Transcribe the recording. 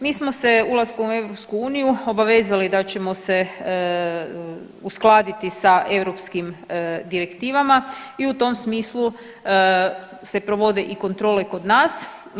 Mi smo se ulaskom u EU obavezali da ćemo se uskladiti sa europskim direktivama i u tom smislu se provode i kontrole kod nas.